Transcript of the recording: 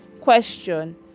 question